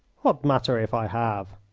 what matter if i have?